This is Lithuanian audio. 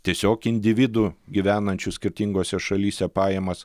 tiesiog individų gyvenančių skirtingose šalyse pajamas